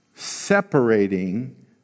Separating